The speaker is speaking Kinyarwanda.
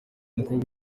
umukobwa